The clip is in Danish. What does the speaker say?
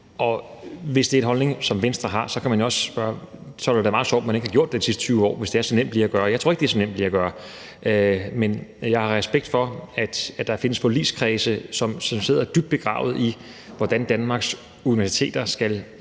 Og hvis det er en holdning, som Venstre har, kan man jo også sige, at så er det da meget sjovt, at man ikke har gjort det i de sidste 20 år, hvis det er så nemt lige at gøre. Jeg tror ikke, det er så nemt lige at gøre. Men jeg har respekt for, at der findes forligskredse, som sidder dybt begravet i, hvordan Danmarks universiteter skal